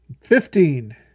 Fifteen